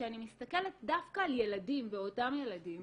וכשאני מסתכלת דווקא על ילדים בעודם ילדים,